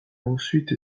ensuite